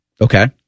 Okay